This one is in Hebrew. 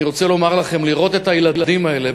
אני רוצה לומר לכם: לראות את הילדים האלה,